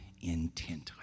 intently